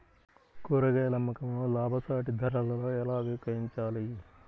కూరగాయాల అమ్మకంలో లాభసాటి ధరలలో ఎలా విక్రయించాలి?